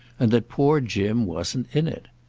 and that poor jim wasn't in it.